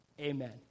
Amen